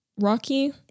rocky